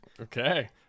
Okay